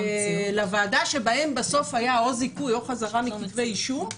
לוועדה שבהן בסוף היה או זיכוי או חזרה מכתבי אישום,